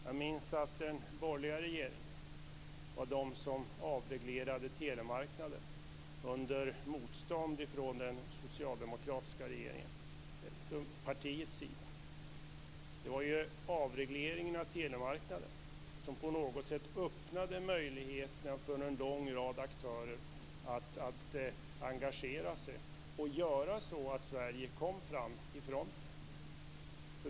Jag minns att den borgerliga regeringen avreglerade telemarknaden under motstånd från det socialdemokratiska partiets sida. Det var avregleringen av telemarknaden som på något sätt öppnade möjligheterna för en lång rad aktörer att engagera sig och göra så att Sverige kom fram i fronten.